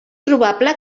probable